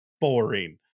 boring